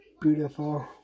beautiful